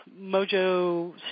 mojo